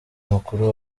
mukuru